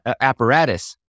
apparatus